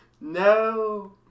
No